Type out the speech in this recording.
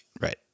Right